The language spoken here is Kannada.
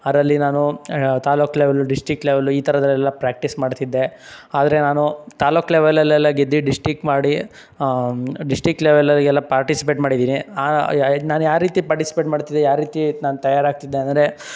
ಅದರಲ್ಲಿ ನಾನು ತಾಲೋಕ್ ಲೆವೆಲ್ಲು ಡಿಶ್ಟಿಕ್ ಲೆವೆಲ್ಲು ಈ ಥರದ್ರೆಲ್ಲ ಪ್ರ್ಯಾಕ್ಟೀಸ್ ಮಾಡ್ತಿದ್ದೆ ಆದರೆ ನಾನು ತಾಲೋಕ್ ಲೆವೆಲಲೆಲ್ಲ ಗೆದ್ದು ಡಿಶ್ಟಿಕ್ ಮಾಡಿ ಡಿಶ್ಟಿಕ್ ಲೆವೆಲರಿಗೆಲ್ಲ ಪಾರ್ಟಿಸಿಪೇಟ್ ಮಾಡಿದ್ದೀನಿ ನಾನು ಯಾವರೀತಿ ಪಾರ್ಟಿಸಿಪೇಟ್ ಮಾಡ್ತಿದ್ದೆ ಯಾವರೀತಿ ನಾನು ತಯಾರಾಗ್ತಿದ್ದೆ ಅಂದರೆ